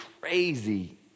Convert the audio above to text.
crazy